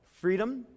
Freedom